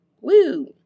woo